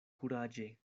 kuraĝe